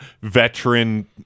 veteran